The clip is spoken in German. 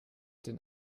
den